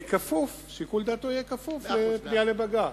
שיקול דעתו יהיה כפוף לפנייה לבג"ץ.